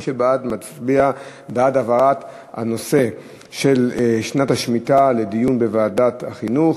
מי שבעד מצביע בעד העברת הנושא של שנת השמיטה לדיון בוועדת החינוך.